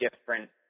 different